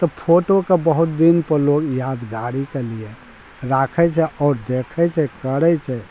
तऽ फोटोके बहुत दिन पर लोक यादगारीके लिए राखै छै आओर देखै छै करै छै